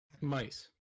mice